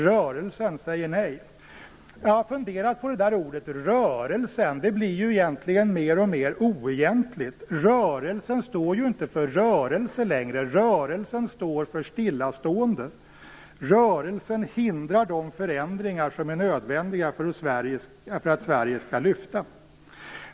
Rörelsen säger nej. Jag har funderat på ordet "rörelsen". Det blir alltmer oegentligt. Rörelsen står ju inte längre för rörelse. Rörelsen står för stillastående. Rörelsen hindrar de förändringar som är nödvändiga för att Sverige skall lyfta.